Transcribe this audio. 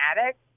addict